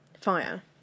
fire